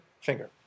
finger